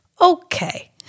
okay